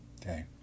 Okay